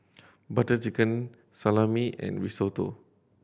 Butter Chicken Salami and Risotto